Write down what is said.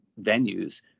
venues